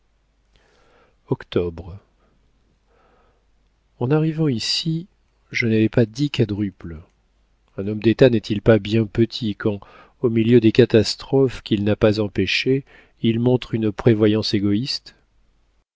octobre en arrivant ici je n'avais pas dix quadruples un homme d'état n'est-il pas bien petit quand au milieu des catastrophes qu'il n'a pas empêchées il montre une prévoyance égoïste